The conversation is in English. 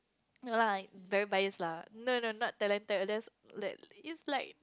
no lah very bias lah no no not talented there's like is like